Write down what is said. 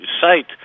site